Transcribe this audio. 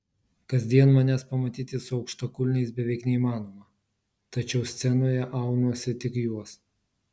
kasdien manęs pamatyti su aukštakulniais beveik neįmanoma tačiau scenoje aunuosi tik juos